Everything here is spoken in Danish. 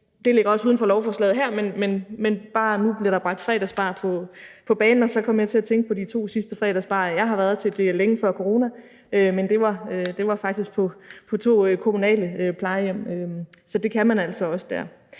Det ligger også uden for lovforslaget her, men nu blev der bragt fredagsbar på banen, og så kom jeg til at tænke på, at de to sidste fredagsbarer, jeg har været til – det var længe før coronaen – faktisk var på to kommunale plejehjem. Så det kan man altså også der.